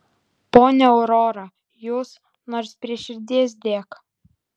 ponia aurora jūs nors prie širdies dėk